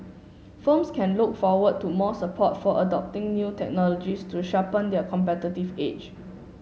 firms can look forward to more support for adopting new technologies to sharpen their competitive edge